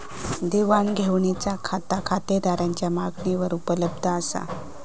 देवाण घेवाणीचा खाता खातेदाराच्या मागणीवर उपलब्ध असा